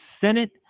senate